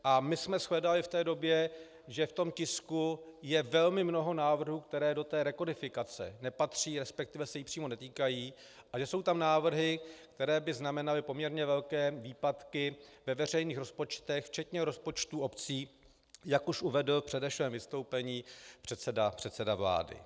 A my jsme shledali v té době, že v tom tisku je velmi mnoho návrhů, které do rekodifikace nepatří, resp. se jí přímo netýkají, a že jsou tam návrhy, které by znamenaly poměrně velké výpadky ve veřejných rozpočtech, včetně rozpočtů obcí, jak už uvedl v předešlém vystoupení předseda vlády.